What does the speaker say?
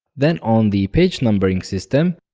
then on the page numbering system,